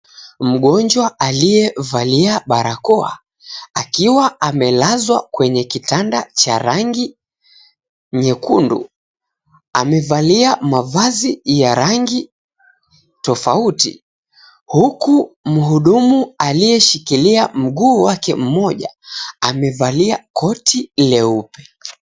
Mgonjwa aliyevalia barakoa akiwa amelazwa kwenye kitanda cha rangi nyekundu amevalia mavazi ya rangi tofauti huku mhudumu aliyeshikilia mguu wake mmoja amevalia koti leupe.